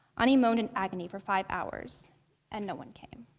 anie moaned in agony for five hours and no one came.